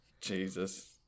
Jesus